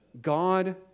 God